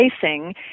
facing